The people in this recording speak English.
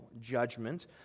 judgment